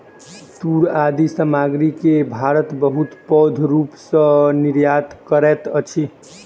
तूर आदि सामग्री के भारत बहुत पैघ रूप सॅ निर्यात करैत अछि